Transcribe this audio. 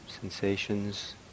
sensations